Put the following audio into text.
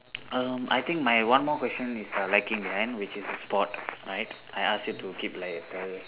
um I think my one more question is err lacking behind which is uh sport I ask you to keep later